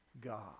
God